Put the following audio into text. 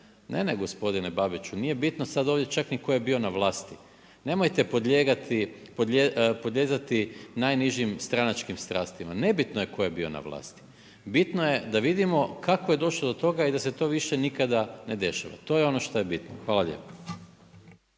ne ne gospodine Babiću, nije bitno sad ovdje čak ni tko je bio na vlasti. Nemojte podlijegati najnižim stranačkim strastima. Nebitno je tko je bio na vlasti. Bitno je da vidimo kako je došlo do toga i da se to više nikad ne dešava. To je ono šta je bitno. Hvala lijepo.